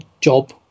job